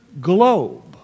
globe